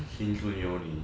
心就有你